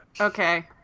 Okay